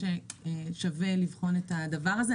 שווה לבחון את הדבר הזה.